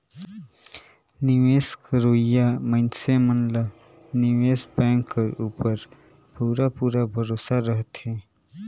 निवेस करोइया मइनसे मन ला निवेस बेंक कर उपर पूरा पूरा भरोसा रहथे